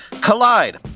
Collide